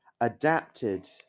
adapted